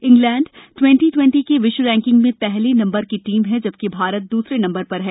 England twenty twenty की विश्व ranking में पहले नम्बर की टीम है जबकि भारत द्रसरे नम्बर पर है